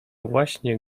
właśnie